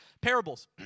Parables